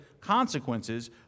consequences